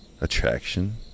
attraction